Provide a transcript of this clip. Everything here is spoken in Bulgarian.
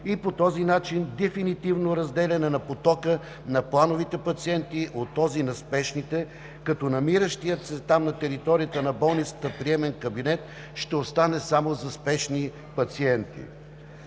и по този начин дефинитивно разделяне на потока на плановите пациенти от този на спешните, като намиращият се там на територията на болницата приемен кабинет ще остане само за спешни пациенти.